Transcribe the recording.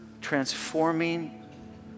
transforming